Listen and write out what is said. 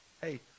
hey